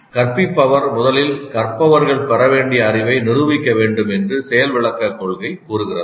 கற்பிப்பவர் முதலில் கற்பவர்கள் பெற வேண்டிய அறிவை நிரூபிக்க வேண்டும் என்று செயல் விளக்கக் கொள்கை கூறுகிறது